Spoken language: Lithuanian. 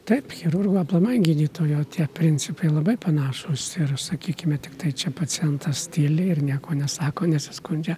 taip chirurgo aplamai gydytojo tie principai labai panašūs ir sakykime tiktai čia pacientas tyli ir nieko nesako nesiskundžia